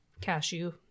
cashew